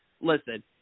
listen